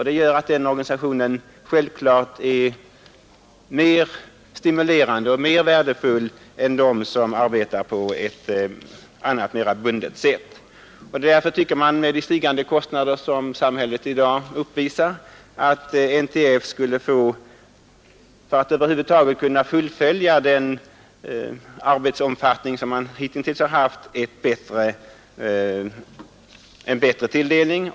Det gör att denna organisation självklart är mer stimulerande och värdefull än de som arbetar på ett mera bundet sätt. Med de stigande kostnader samhället i dag uppvisar tycker man att NTF skulle få en bättre tilldelning för att över huvud taget kunna fullfölja den arbetsomfattning man hittills har haft.